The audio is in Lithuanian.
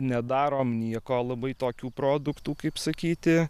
nedarom nieko labai tokių produktų kaip sakyti